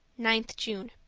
ninth june